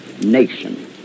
nation